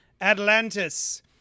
Atlantis